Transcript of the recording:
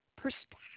perspective